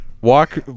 Walk